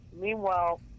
Meanwhile